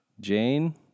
Jane